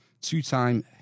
Two-time